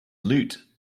loot